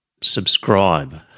subscribe